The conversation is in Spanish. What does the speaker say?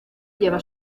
lleva